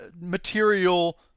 material